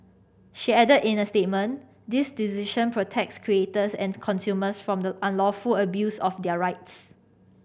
she added in a statement this decision protects creators and consumers from the unlawful abuse of their rights